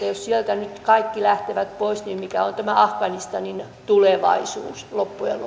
jos sieltä nyt kaikki lähtevät pois niin mikä on tämä afganistanin tulevaisuus loppujen